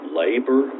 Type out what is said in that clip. labor